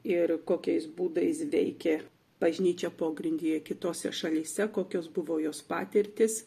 ir kokiais būdais veikė bažnyčia pogrindyje kitose šalyse kokios buvo jos patirtis